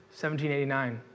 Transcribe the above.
1789